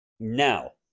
Now